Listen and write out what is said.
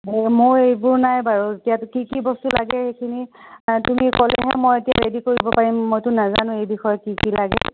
মোৰ এইবোৰ নাই বাৰু এতিয়া কি কি বস্তু লাগে সেইখিনি তুমি ক'লেহে মই এতিয়া ৰেদি কৰিব পাৰিম মইতো নাজানো এই বিষয়ে কি কি লাগে